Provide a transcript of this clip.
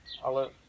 ale